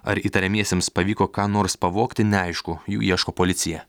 ar įtariamiesiems pavyko ką nors pavogti neaišku jų ieško policija